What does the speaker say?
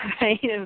right